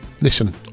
listen